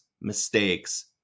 mistakes